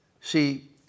See